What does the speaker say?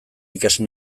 ikasi